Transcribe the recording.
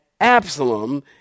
Absalom